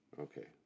Okay